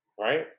right